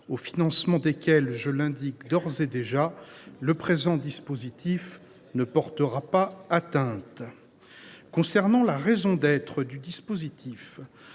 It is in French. au financement desquels, je l’indique d’ores et déjà, le présent dispositif ne portera pas atteinte. En ce qui concerne la raison d’être du dispositif,